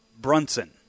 Brunson